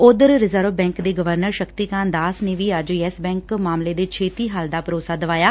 ਉਧਰ reserve bank ਦੇ governor Shaktikanta Das ਨੇ ਵੀ ਅੱਜ ਯੈਸ ਬੈਂਕ ਮਾਮਲੇ ਦੇ ਛੇਤੀ ਹੱਲ ਦਾ ਭਰੋਸਾ ਦਵਾਇਆ